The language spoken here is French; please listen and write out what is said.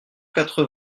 quatre